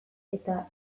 eta